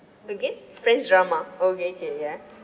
again friends drama okay okay ya